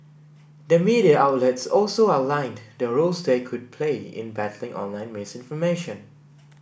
the media outlets also outlined the roles they could play in battling online misinformation